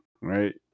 Right